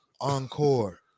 Encore